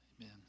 amen